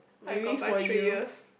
I got buy buy three years